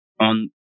on